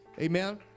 Amen